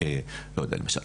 למשל,